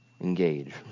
engage